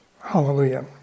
Hallelujah